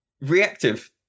Reactive